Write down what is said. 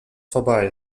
vorbei